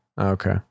Okay